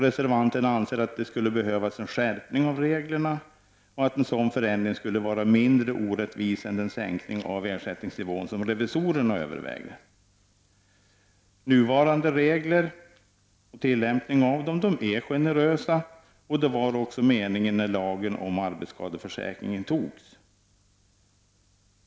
Reservanterna anser att det skulle behövas en skärpning av reglerna och att en sådan förändring skulle vara mindre orättvis än den sänkning av ersättningsnivån som revisorerna övervägde. Nuvarande regler och tillämpningen av dem är generösa, och det var också meningen när lagen om arbetsskadeförsäkring antogs.